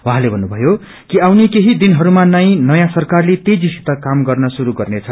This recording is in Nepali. उहाँले भन्नुम्तयो कि ाआउने केही दिनहरूमा नै नयाँ सरकारले तेजीसित काम गर्न शुरू गर्नेछ